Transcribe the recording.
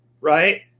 right